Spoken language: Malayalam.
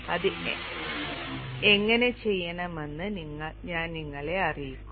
അത് എങ്ങനെ ചെയ്യണമെന്ന് ഞാൻ നിങ്ങളെ അറിയിക്കും